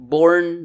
Born